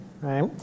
right